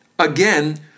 Again